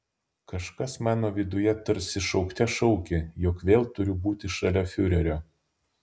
kažkas mano viduje tarsi šaukte šaukė jog vėl turiu būti šalia fiurerio